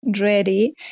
ready